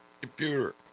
computer